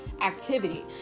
Activity